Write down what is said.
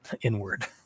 inward